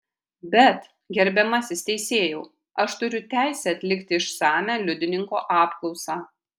bet gerbiamasis teisėjau aš turiu teisę atlikti išsamią liudininko apklausą